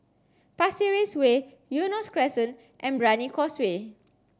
Pasir Ris Way Eunos Crescent and Brani Causeway